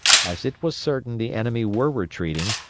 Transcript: as it was certain the enemy were retreating,